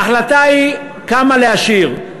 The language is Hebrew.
ההחלטה היא כמה להשאיר.